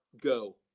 go